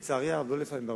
לצערי הרב לא לפעמים,